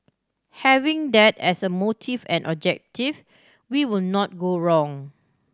having that as a motive and objective we will not go wrong